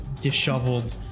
disheveled